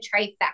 trifecta